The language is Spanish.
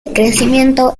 crecimiento